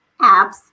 apps